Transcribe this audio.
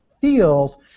feels